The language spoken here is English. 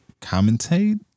commentate